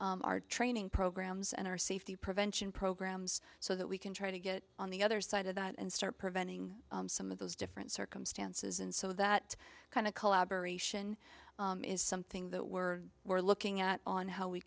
our training programs and our safety prevention programs so that we can try to get on the other side of that and start preventing some of those different circumstances and so that kind of collaboration is something that we're we're looking at on how we